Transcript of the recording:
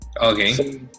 Okay